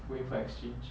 going for exchange